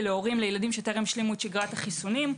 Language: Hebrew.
להורים לילדים שטרם השלימו את שגרת החיסונים.